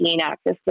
access